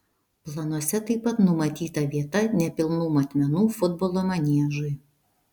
planuose taip pat numatyta vieta nepilnų matmenų futbolo maniežui